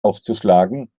aufzuschlagen